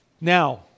Now